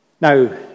Now